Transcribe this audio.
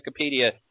Wikipedia